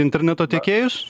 interneto tiekėjus